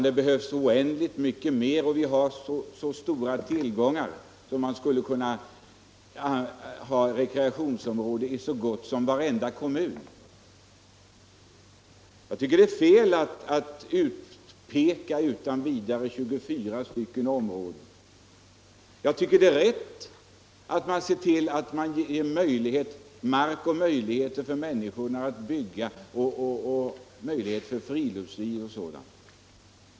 Det behövs oändligt mycket mer, och vi har så stora tillgångar att det skulle kunna finnas ett rekreationsområde i så gott som varenda kommun. Jag tycker det är fel att utan vidare utpeka 24 områden. Jag tycker det är rätt att man ser till att mark upplåts åt människorna och att de får möjlighet att bygga, idka friluftsliv och sådant.